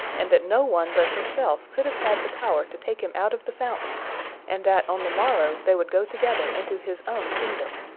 and that no one but herself could have had the power to take him out of the fountain and that on the morrow they would go together into his own kingdom.